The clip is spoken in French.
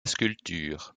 sculpture